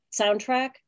soundtrack